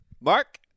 Mark